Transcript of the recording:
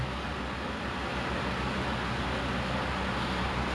what ke tulang ayam ah